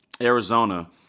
Arizona